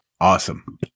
Awesome